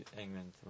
England